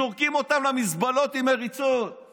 זורקים אותם למזבלות עם מריצות,